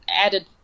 added